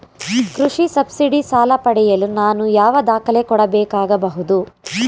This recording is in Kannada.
ಕೃಷಿ ಸಬ್ಸಿಡಿ ಸಾಲ ಪಡೆಯಲು ನಾನು ಯಾವ ದಾಖಲೆ ಕೊಡಬೇಕಾಗಬಹುದು?